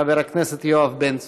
חבר הכנסת יואב בן צור.